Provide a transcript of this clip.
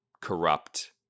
corrupt